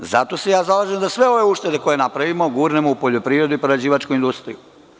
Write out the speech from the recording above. Zato se ja zalažem da sve ove uštede koje napravimo gurnemo u poljoprivredu i prerađivačku industriju.